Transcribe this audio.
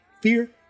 fear